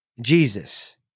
Jesus